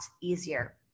easier